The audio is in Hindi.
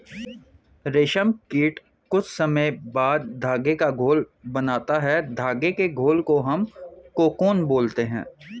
रेशम कीट कुछ समय बाद धागे का घोल बनाता है धागे के घोल को हम कोकून बोलते हैं